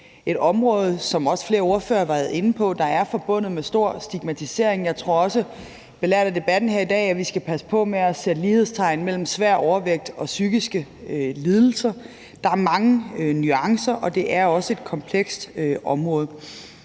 stigmatisering, hvad flere ordførere også har været inde på. Jeg tror også, belært af debatten her i dag, at vi skal passe på med at sætte lighedstegn mellem svær overvægt og psykiske lidelser. Der er mange nuancer, og det er også et komplekst område.